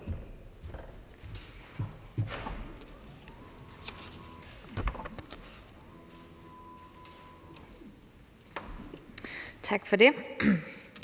Tak for det.